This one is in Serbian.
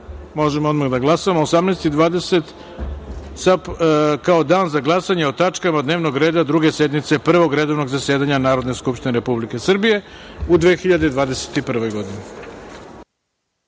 možemo odmah da glasamo, kao Dan za glasanje o tačkama dnevnog reda Druge sednice Prvog redovnog zasedanja Narodne skupštine Republike Srbije u 2021.